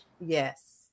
Yes